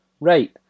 Right